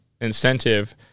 incentive